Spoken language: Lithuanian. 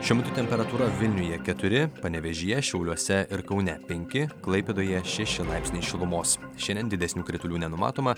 šiuo metu temperatūra vilniuje keturi panevėžyje šiauliuose ir kaune penki klaipėdoje šeši laipsniai šilumos šiandien didesnių kritulių nenumatoma